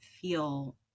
feel